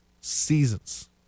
seasons